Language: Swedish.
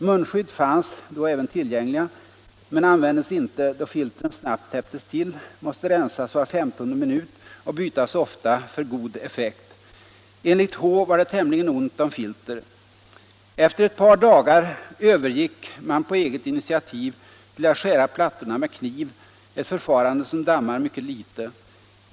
Munskydd fanns då även tillgängliga men användes inte då filtren snabbt täpptes till, måste rensas var 15:e minut och bytas ofta för god effekt. Enl H var det tämligen ont om filter. Efter ett par dagar övergick man på eget initiativ till att skära plattorna med kniv, ett förfarande som dammar mycket lite.